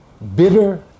Bitter